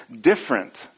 different